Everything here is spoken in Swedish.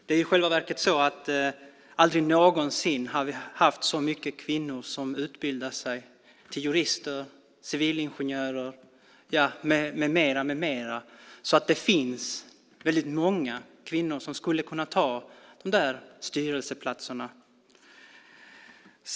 Det är i själva verket så att aldrig någonsin har så många kvinnor utbildat sig till jurister, civilingenjörer med mera, så det finns väldigt många kvinnor som skulle kunna ta de där styrelseplatserna.